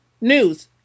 news